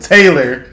Taylor